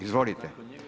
Izvolite.